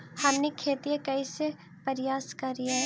हमनी खेतीया कइसे परियास करियय?